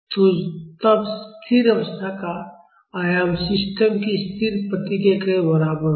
तो तब स्थिर अवस्था का आयाम सिस्टम की स्थिर प्रतिक्रिया के बराबर होगा